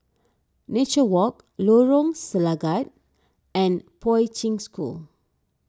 Nature Walk Lorong Selangat and Poi Ching School